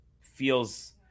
feels